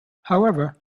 however